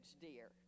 deer